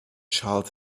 charles